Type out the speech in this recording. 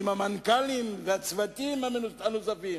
אלא עם המנכ"לים ועם הצוותים הנוספים.